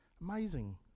Amazing